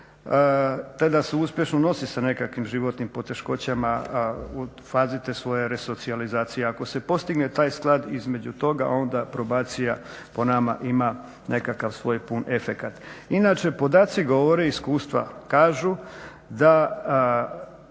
Tada se uspješno nosi sa nekakvim životnim poteškoćama u fazi te svoje resocijalizacije. Ako se postigne taj sklad između toga, onda probacija po nama ima nekakav svoj pun efekat. Inače podaci govore, iskustva kažu da